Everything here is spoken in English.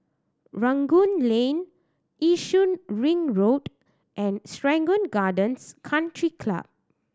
Rangoon Lane Yishun Ring Road and Serangoon Gardens Country Club